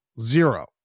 Zero